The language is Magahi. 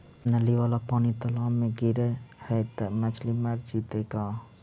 नली वाला पानी तालाव मे गिरे है त मछली मर जितै का?